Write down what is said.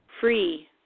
free